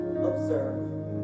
Observe